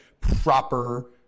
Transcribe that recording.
proper